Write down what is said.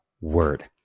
word